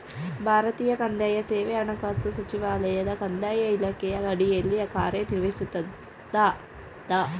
ಭಾರತೀಯ ಕಂದಾಯ ಸೇವೆ ಹಣಕಾಸು ಸಚಿವಾಲಯದ ಕಂದಾಯ ಇಲಾಖೆಯ ಅಡಿಯಲ್ಲಿ ಕಾರ್ಯನಿರ್ವಹಿಸ್ತದ